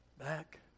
back